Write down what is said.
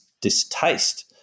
distaste